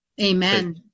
Amen